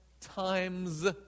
times